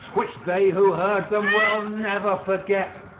which they who heard them will never forget,